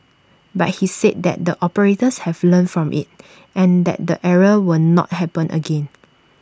but he said that the operators have learnt from IT and that the error will not happen again